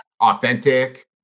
Authentic